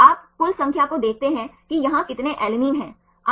आप कुल संख्या को देखते हैं कि यहाँ कितने अलैनिन हैं